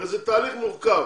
הרי זה תהליך מורכב,